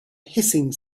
hissing